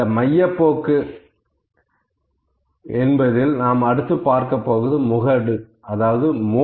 இந்த மையப்போக்கு என்பதில் நாம் அடுத்து பார்க்கப்போவது முகடு அதாவது மோடு